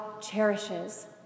cherishes